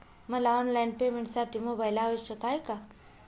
मला ऑनलाईन पेमेंटसाठी मोबाईल आवश्यक आहे का?